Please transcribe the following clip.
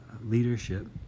leadership